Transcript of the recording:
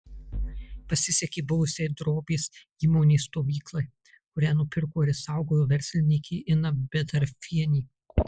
pasisekė buvusiai drobės įmonės stovyklai kurią nupirko ir išsaugojo verslininkė ina bedarfienė